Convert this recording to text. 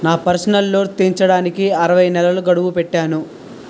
నా personal loan తీర్చడానికి అరవై నెలల గడువు పెట్టాను